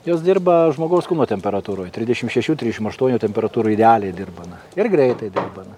jos dirba žmogaus kūno temperatūroj trisdešimt šešių trisdešimt aštuonių temperatūroj idealiai dirba na ir greitai dirba na